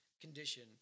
condition